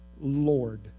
Lord